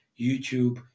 YouTube